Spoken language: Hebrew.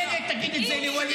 מילא תגיד את זה לוואליד.